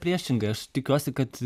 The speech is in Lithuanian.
priešingai aš tikiuosi kad